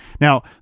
now